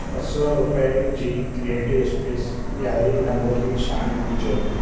ॿ सौ रुपये जी क्रिएटिव स्पेस डि॒यारी रंगोली छाणी विझो